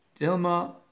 Dilma